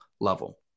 level